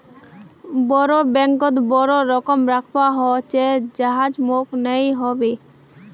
बोरो बैंकत बोरो रकम रखवा ह छेक जहात मोक नइ ह बे